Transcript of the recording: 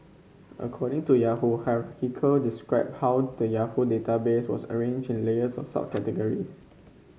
according to Yahoo described how the Yahoo databases was arranged in layers of subcategories